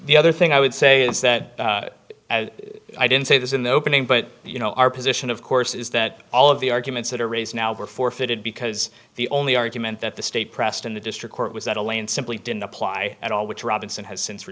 the other thing i would say is that as i didn't say this in the opening but you know our position of course is that all of the arguments that are raised now were forfeited because the only argument that the state pressed in the district court was that a lane simply didn't apply at all which robinson has since